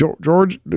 George